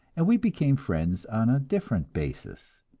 and we became friends on a different basis.